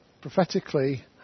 prophetically